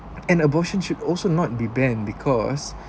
an abortion should also not be banned because